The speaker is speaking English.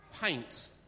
paint